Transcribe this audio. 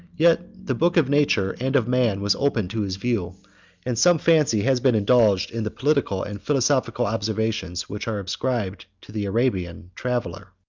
yet the book of nature and of man was open to his view and some fancy has been indulged in the political and philosophical observations which are ascribed to the arabian traveller.